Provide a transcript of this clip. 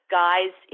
guys